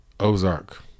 Ozark